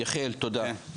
אוקי, יחיאל תודה.